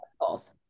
goals